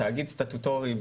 תאגיד סטטוטורי,